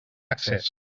accés